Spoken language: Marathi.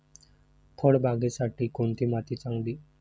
फळबागेसाठी कोणती माती चांगली?